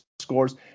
scores